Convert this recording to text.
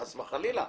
חס וחלילה,